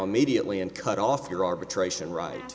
immediately and cut off your arbitration ri